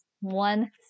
one